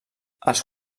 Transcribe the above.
els